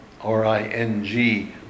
R-I-N-G